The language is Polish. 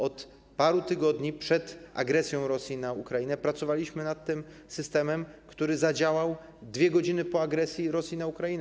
Od paru tygodni, jeszcze przed agresją Rosji na Ukrainę, pracowaliśmy nad tym systemem, który zadziałał 2 godziny po agresji Rosji na Ukrainę.